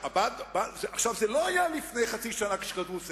זה לא היה לפני חצי שנה, כשכתבו ספר.